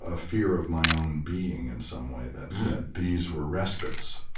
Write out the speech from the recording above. ah fear of my own being in some way, that these were respites.